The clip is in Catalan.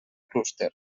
clúster